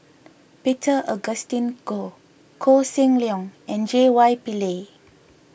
Peter Augustine Goh Koh Seng Leong and J Y Pillay